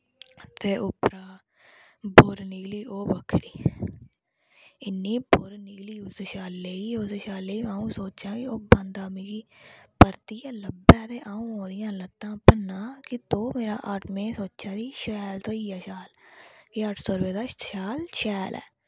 ते उप्परा बुर निकली ओह् बक्खरी इन्नी बुर निकली उस शाले उस शाले अ'ऊं सोचां कि ओह् बंदा मिगी परतियै लब्भै ते अ'ऊं ओह्दियां लत्तां भन्नां कि तू सोचोआ कि शैल थ्होईया शाल एह् अट्ठ सौ रपे दा शैल ऐ शाल